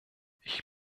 ich